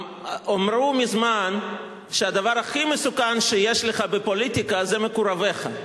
אמרו מזמן שהדבר הכי מסוכן שיש לך בפוליטיקה זה מקורביך.